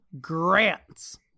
grants